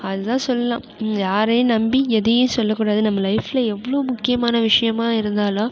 அதுதான் சொல்லலாம் யாரையும் நம்பி எதையும் சொல்லக்கூடாது நம்ம லைஃப்பில் எவ்வளோ முக்கியமான விஷயமாக இருந்தாலும்